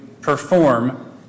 perform